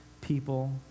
people